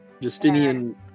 Justinian